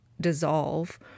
dissolve